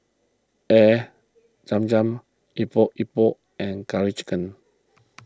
Air Zam Zam Epok Epok and Curry Chicken